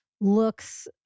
looks